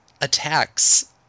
attacks